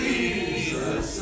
Jesus